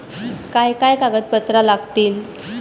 काय काय कागदपत्रा लागतील?